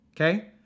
Okay